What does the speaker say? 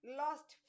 last